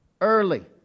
early